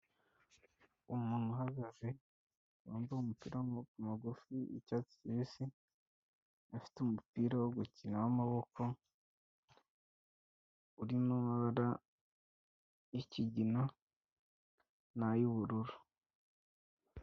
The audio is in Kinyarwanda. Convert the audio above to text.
Umuntu uhagaze wambaye umupira w'amaboko magufi w'icyatsi kibisi, afite umupira wo gukina w'amaboko urimo amabara y'ikigina n'ay'ubururu.